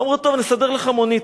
אמרו: טוב, נסדר לך מונית.